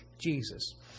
Jesus